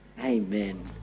Amen